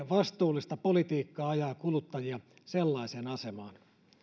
vastuullista politiikkaa ajaa kuluttajia sellaiseen asemaan